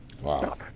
Wow